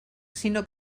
sinó